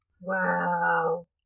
Wow